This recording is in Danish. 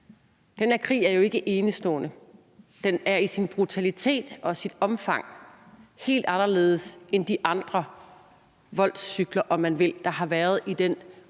Den her krig er jo ikke enestående – den er i sin brutalitet og sit omfang helt anderledes end de andre voldscykler, om man vil, der har været i den